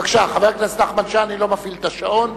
בבקשה, חבר הכנסת נחמן שי, אני לא מפעיל את השעון.